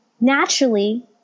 naturally